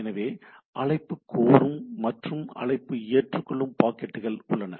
எனவே அழைப்பு கோரும் மற்றும் அழைப்பு ஏற்றுக்கொள்ளும் பாக்கெட்டுகள் உள்ளன